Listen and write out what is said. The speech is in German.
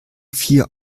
vier